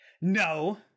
no